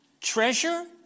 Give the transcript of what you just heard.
treasure